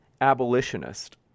abolitionist